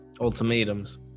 Ultimatums